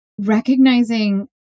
Recognizing